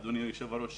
אדוני היושב-ראש,